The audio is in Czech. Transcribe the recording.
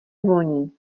voní